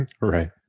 Right